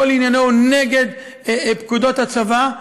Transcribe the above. כל עניינו נגד פקודות הצבא,